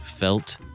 Felt